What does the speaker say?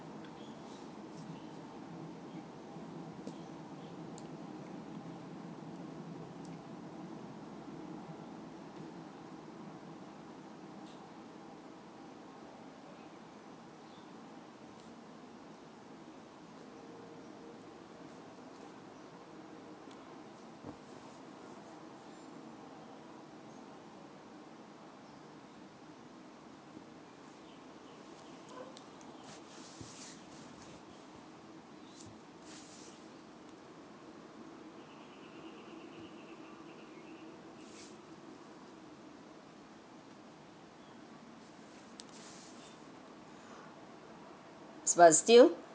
but still